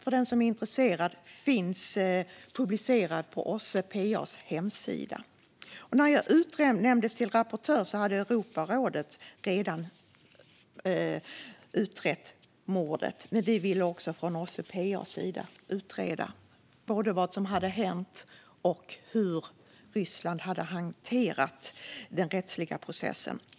För den som är intresserad finns slutrapporten publicerad på OSSE-PA:s hemsida. När jag utnämndes till rapportör hade Europarådet redan utrett mordet, men vi ville också från OSSE-PA:s sida utreda både vad som hade hänt och hur Ryssland hade hanterat den rättsliga processen.